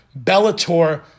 Bellator